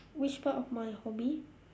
which part of my hobby